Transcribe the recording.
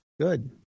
good